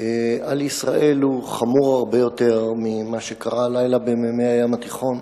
על ישראל הוא חמור הרבה יותר ממה שקרה הלילה במימי הים התיכון.